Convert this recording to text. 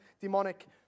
demonic